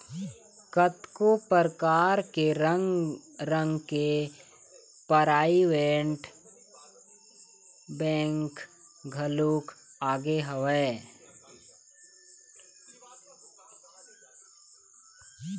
कतको परकार के रंग रंग के पराइवेंट बेंक घलोक आगे हवय